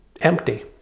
empty